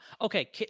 Okay